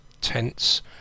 tense